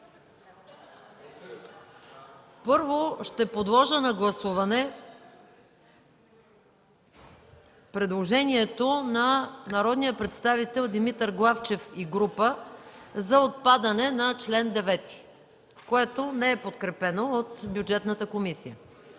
Първо ще подложа на гласуване предложението на народния представител Димитър Главчев и група за отпадане на чл. 9, което не е подкрепено от Бюджетната комисия.